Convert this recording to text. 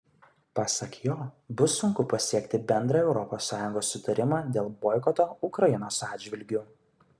pasak jo bus sunku pasiekti bendrą europos sąjungos sutarimą dėl boikoto ukrainos atžvilgiu